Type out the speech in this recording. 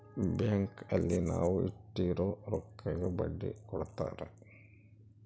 bank ಅಲ್ಲಿ ನಾವ್ ಇಟ್ಟಿರೋ ರೊಕ್ಕಗೆ ಬಡ್ಡಿ ಕೊಡ್ತಾರ